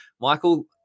Michael